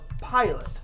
pilot